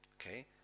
Okay